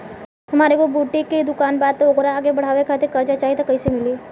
हमार एगो बुटीक के दुकानबा त ओकरा आगे बढ़वे खातिर कर्जा चाहि त कइसे मिली?